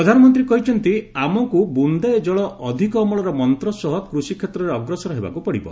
ପ୍ରଧାନମନ୍ତ୍ରୀ କହିଛନ୍ତି 'ଆମକୁ ବୁନ୍ଦାଏ ଜଳ ଅଧିକ ଅମଳ'ର ମନ୍ତ୍ର ସହ କୃଷିକ୍ଷେତ୍ରରେ ଅଗ୍ରସର ହେବାକୁ ପଡ଼ିବ